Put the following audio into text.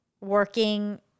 working